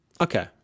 Okay